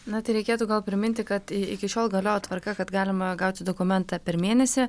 na tai reikėtų gal priminti kad iki šiol galiojo tvarka kad galima gauti dokumentą per mėnesį